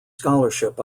scholarship